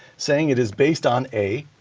saying it is based on a,